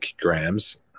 grams